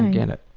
get it.